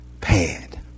pad